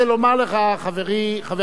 חברי חבר הכנסת עמיר פרץ,